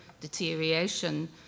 deterioration